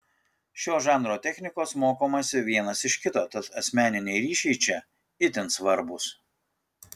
šio žanro technikos mokomasi vienas iš kito tad asmeniniai ryšiai čia itin svarbūs